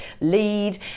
lead